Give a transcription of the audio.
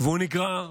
והוא נגרר,